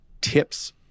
tips